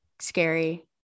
scary